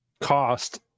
cost